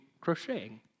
crocheting